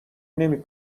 نمی